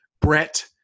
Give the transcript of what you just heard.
Brett